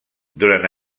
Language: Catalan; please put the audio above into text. durant